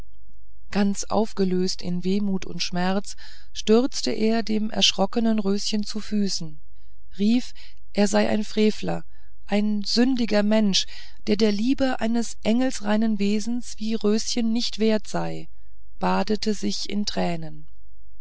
ganz aufgelöst in wehmut und schmerz stürzte er dem erschrockenen röschen zu füßen rief er sei ein frevler ein sündiger mensch der der liebe eines engelreinen wesens wie röschen nicht wert sei badete sich in tränen